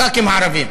חברי הכנסת הערבים?